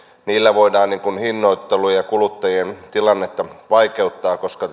niillä voidaan hinnoittelua ja kuluttajien tilannetta vaikeuttaa koska